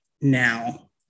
now